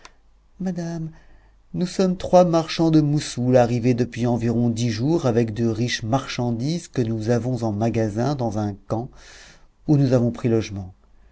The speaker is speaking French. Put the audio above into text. madame nous sommes trois marchands de moussoul arrivés depuis environ dix jours avec de riches marchandises que nous avons en magasin dans un khan où nous avons pris logement